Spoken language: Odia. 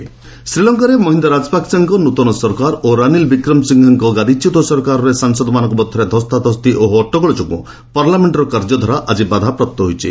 ଏଲ୍ଏଲ୍ ପାର୍ଲାମେଣ୍ଟ ଶ୍ରୀଲଙ୍କାରେ ମହିନ୍ଦା ରାଜପାକ୍ଷେଙ୍କ ନୂଆ ସରକାର ଓ ରନିଲ ବକ୍ରମସିଂହେଙ୍କ ଗାଦିଚ୍ୟୁତ ସରକାରରେ ସାଂସଦମାନଙ୍କ ମଧ୍ୟରେ ଧସ୍ତାଧସ୍ତି ଓ ହଟ୍ଟଗୋଳ ଯୋଗୁଁ ପାର୍ଲାମେଣ୍ଟର କାର୍ଯ୍ୟଧାରା ଆଜି ବାଧାପ୍ରାପ୍ତ ହୋଇଛି